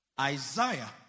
Isaiah